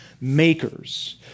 makers